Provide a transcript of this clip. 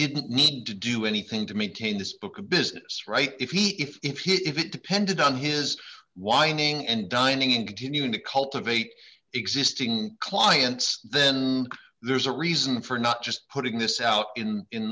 didn't need to do anything to maintain this book a business right if he if if he if it depended on his wining and dining in continuing to cultivate existing clients then there's a reason for not just putting this out in